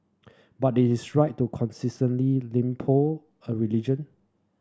but is right to constantly lampoon a religion